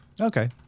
Okay